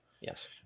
Yes